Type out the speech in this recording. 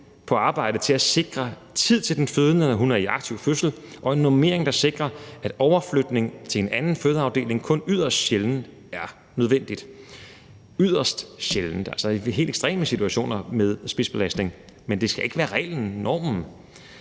på arbejde til at sikre tid til den fødende, når hun er i aktiv fødsel, og en normering, der sikrer, at overflytning til en anden fødeafdeling kun yderst sjældent er nødvendig – altså yderst sjældent i helt ekstreme situationer med spidsbelastning, men det skal ikke være reglen, normen.